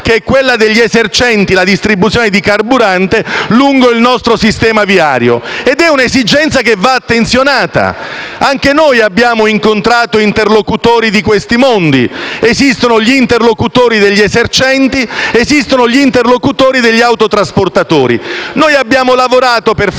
che è quella degli esercenti la distribuzione di carburante lungo il nostro sistema viario. Un'esigenza che va attenzionata. Anche noi abbiamo incontrato interlocutori di questi mondi: esistono gli interlocutori degli esercenti ed esistono gli interlocutori degli autotrasportatori. Noi abbiamo lavorato per fare